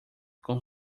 com